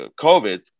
COVID